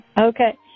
Okay